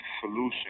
solution